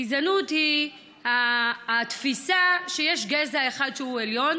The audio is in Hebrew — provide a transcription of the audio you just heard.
גזענות היא התפיסה שיש גזע אחד שהוא עליון,